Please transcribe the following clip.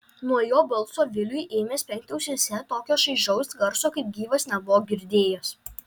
nuo jo balso viliui ėmė spengti ausyse tokio šaižaus garso kaip gyvas nebuvo girdėjęs